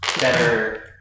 better